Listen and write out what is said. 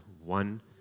one